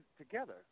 together